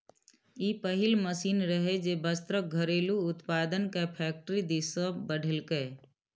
ई पहिल मशीन रहै, जे वस्त्रक घरेलू उत्पादन कें फैक्टरी दिस बढ़ेलकै